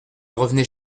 revenez